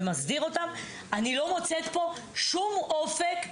אני לא מוצאת פה שום אופק,